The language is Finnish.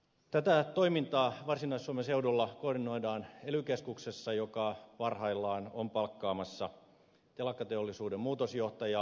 tätä toimintaa varsinais suomen seudulla koordinoidaan ely keskuksessa joka parhaillaan on palkkaamassa telakkateollisuuden muutosjohtajaa